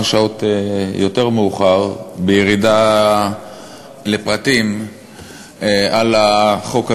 שעות יותר מאוחר בירידה לפרטים של החוק הזה.